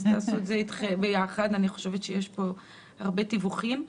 אני חושבת שיש פה הרבה תיווכים.